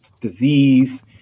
disease